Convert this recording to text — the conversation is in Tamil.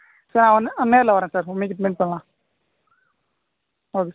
சார் வந்து நேரில் வரேன் சார் இன்னைக்கு மீட் பண்ணலாம் ஓகே